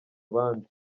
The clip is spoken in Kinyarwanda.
abandi